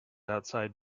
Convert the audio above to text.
outside